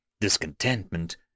discontentment